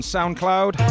SoundCloud